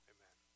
Amen